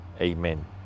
Amen